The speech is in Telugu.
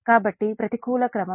కాబట్టి ప్రతికూల క్రమం j 0